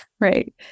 right